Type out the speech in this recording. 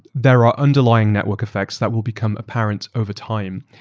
there are underlying network effects that will become apparent overtime.